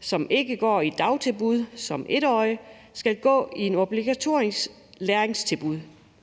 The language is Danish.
som ikke går i dagtilbud, som 1-årige skal gå i et obligatorisk læringstilbud